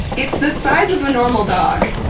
it's the size of a normal dog,